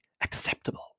acceptable